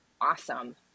awesome